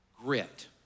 grit